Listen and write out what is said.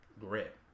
grit